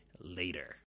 Later